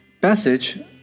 passage